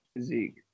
Zeke